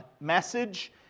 message